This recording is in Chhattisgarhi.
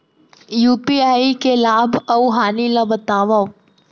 यू.पी.आई के लाभ अऊ हानि ला बतावव